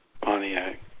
Pontiac